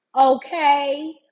Okay